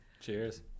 Cheers